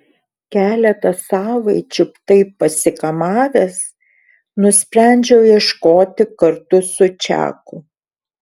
keletą savaičių taip pasikamavęs nusprendžiau ieškoti kartu su čaku